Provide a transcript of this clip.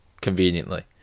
conveniently